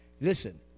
listen